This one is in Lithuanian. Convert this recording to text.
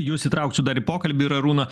jus įtrauksiu dar į pokalbį ir arūną